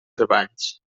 treballs